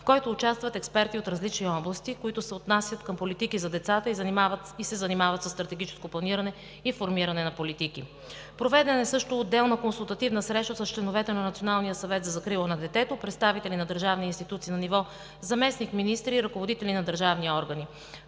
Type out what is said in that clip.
в който участват експерти от различни области, които се отнасят към политики за децата и се занимават със стратегическо планиране и формиране на политики. Проведена е също отделна консултативна среща с членовете на Националния съвет за закрила на детето, представители на държавни институции на ниво заместник-министри и ръководители на държавни органи.